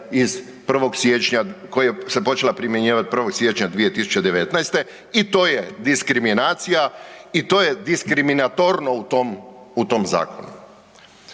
koja se počela primjenjivati 1. siječnja 2019. i to je diskriminacija i to je diskriminatorno u tom zakonu.